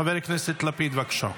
חבר הכנסת לפיד, בבקשה.